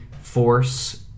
force